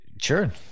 Sure